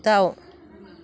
दाउ